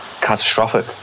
catastrophic